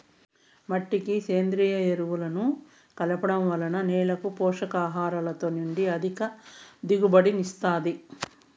మట్టికి సేంద్రీయ ఎరువులను కలపడం వల్ల నేల పోషకాలతో నిండి అధిక దిగుబడిని ఇస్తాది